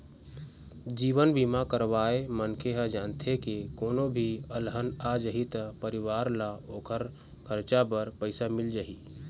जीवन बीमा करवाए मनखे ह जानथे के कोनो भी अलहन आ जाही त परिवार ल ओखर खरचा बर पइसा मिल जाही